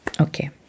Okay